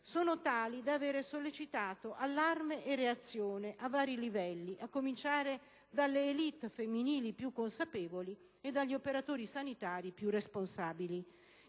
sono tali da avere sollecitato allarme e reazione a vari livelli, a cominciare dalle *élites* femminili più consapevoli e dagli operatori sanitari più responsabili.